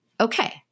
okay